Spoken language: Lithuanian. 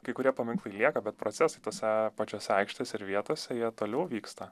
kai kurie paminklai lieka bet procesai tose pačiose aikštės ir vietose jie toliau vyksta